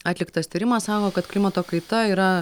atliktas tyrimas sako kad klimato kaita yra